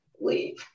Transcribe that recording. leave